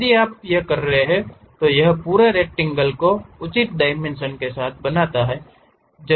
यदि आप कर रहे हैं तो यह पूरे रक्टैंगल को उचित डायमेंशन के साथ बनाता है